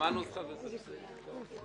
מה שרציתי לחדד הוא שהבעיה פה מובנת,